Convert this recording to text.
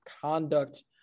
conduct